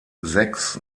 sechs